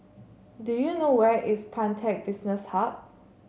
do you know where is Pantech Business Hub